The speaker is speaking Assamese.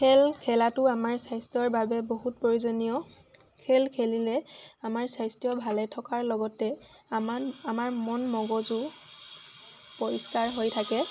খেল খেলাটো আমাৰ স্বাস্থ্যৰ বাবে বহুত প্ৰয়োজনীয় খেল খেলিলে আমাৰ স্বাস্থ্য ভালে থকাৰ লগতে আমাৰ আমাৰ মন মগজো পৰিষ্কাৰ হৈ থাকে